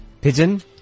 Pigeon